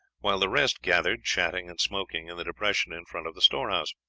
while the rest gathered, chatting and smoking, in the depression in front of the storehouse.